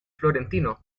florentino